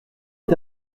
est